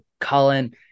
Colin